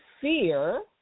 fear